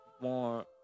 more